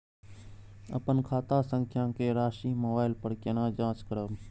अपन खाता संख्या के राशि मोबाइल पर केना जाँच करब?